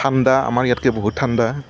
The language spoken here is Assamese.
ঠাণ্ডা আমাৰ ইয়াতকৈ বহুত ঠাণ্ডা